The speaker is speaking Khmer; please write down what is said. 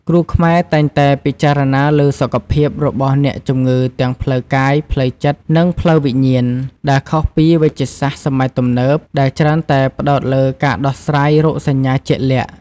គ្រូខ្មែរតែងតែពិចារណាលើសុខភាពរបស់អ្នកជំងឺទាំងផ្លូវកាយ ផ្លូវចិត្ត និងផ្លូវវិញ្ញាណ ដែលខុសពីវេជ្ជសាស្ត្រសម័យទំនើបដែលច្រើនតែផ្ដោតលើការដោះស្រាយរោគសញ្ញាជាក់លាក់។